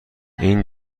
این